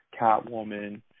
catwoman